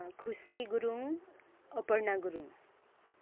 खुसी गुरुङ अपर्णा गुरुङ